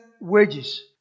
wages